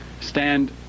stand